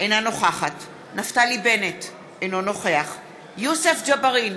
אינה נוכחת נפתלי בנט, אינו נוכח יוסף ג'בארין,